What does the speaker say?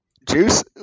Juice